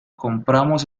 compramos